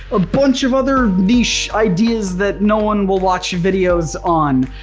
a bunch of other niche ideas that no one will watch your videos on.